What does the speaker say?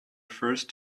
first